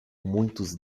muitos